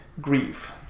grief